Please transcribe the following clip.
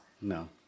no